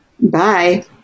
bye